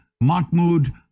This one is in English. mahmoud